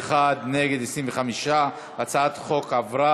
בעד, 41, נגד, 25. הצעת החוק התקבלה,